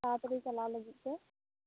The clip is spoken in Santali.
ᱡᱟᱦᱟᱸ ᱛᱮᱜᱮ ᱪᱟᱞᱟᱣ ᱞᱟ ᱜᱤᱫ ᱛᱮ